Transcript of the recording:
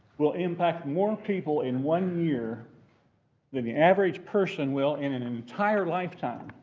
will impact more people in one year than the average person will in an entire lifetime.